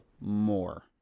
more